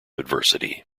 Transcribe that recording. adversity